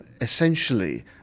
essentially